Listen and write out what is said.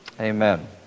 Amen